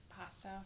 pasta